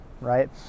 right